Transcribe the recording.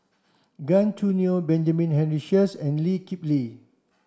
Gan Choo Neo Benjamin Henry Sheares and Lee Kip Lee